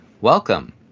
Welcome